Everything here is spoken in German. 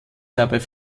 dabei